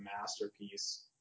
masterpiece